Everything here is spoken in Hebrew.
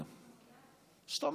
זאת אומרת,